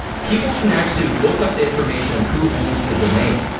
people can actually look up the information of who owns the domain.